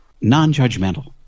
non-judgmental